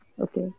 Okay